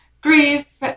grief